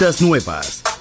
nuevas